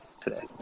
today